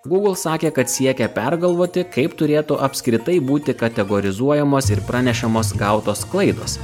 google sakė kad siekia pergalvoti kaip turėtų apskritai būti kategorizuojamos ir pranešamos gautos klaidos